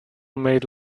made